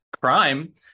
crime